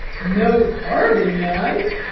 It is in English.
no carving knife?